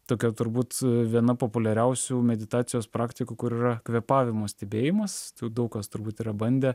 tokia turbūt viena populiariausių meditacijos praktikų kur yra kvėpavimo stebėjimas daug kas turbūt yra bandę